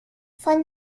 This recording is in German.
von